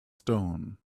stone